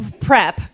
prep